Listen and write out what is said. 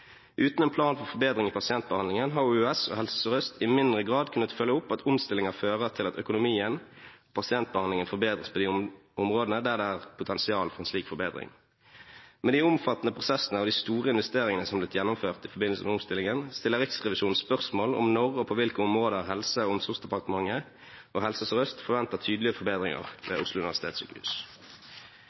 forbedring i pasientbehandlingen har OUS og HSØ i mindre grad kunnet følge opp at omstillinger fører til at økonomien og pasientbehandlingen forbedres på de områdene der det er et potensial for slik forbedring. Med de omfattende prosessene og de store investeringene som har blitt gjennomført i forbindelse med omstillingen, stiller Riksrevisjonen spørsmål om når og på hvilke områder Helse- og omsorgsdepartementet og HSØ forventer tydelige forbedringer ved